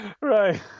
Right